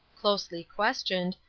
closely questioned,